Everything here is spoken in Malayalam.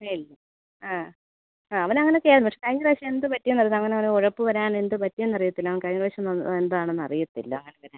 ഇല്ല ആ ആ അവൻ അങ്ങനെയൊക്കെ ആയിരുന്നു പക്ഷേ കഴിഞ്ഞ പ്രാവശ്യം എന്ത് പറ്റി എന്ന് അറിയില്ല അങ്ങനെ അവന് ഉഴപ്പ് വരാൻ എന്ത് പറ്റിയെന്ന് അറിയില്ല അവൻ കഴിഞ്ഞ പ്രാവശ്യം ഒന്നും എന്താണെന്ന് അറിയില്ല അങ്ങനെ